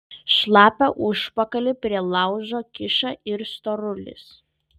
šlapią užpakalį prie laužo kiša ir storulis